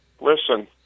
Listen